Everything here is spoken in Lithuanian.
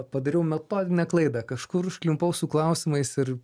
padariau metodinę klaidą kažkur užklimpau su klausimais ir